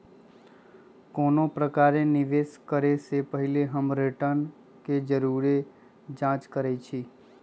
कोनो प्रकारे निवेश करे से पहिले हम रिटर्न के जरुरे जाँच करइछि